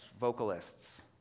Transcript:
vocalists